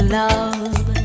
love